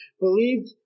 believed